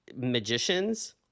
magicians